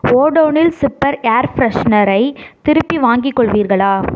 ஓடோனில் சிப்பர் ஏர் ஃப்ரெஷனரை திருப்பி வாங்கிக் கொள்வீர்களா